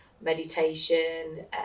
meditation